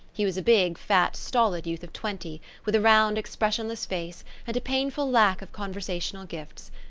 he was a big, fat, stolid youth of twenty, with a round, expressionless face, and a painful lack of conversational gifts.